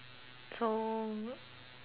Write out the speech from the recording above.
so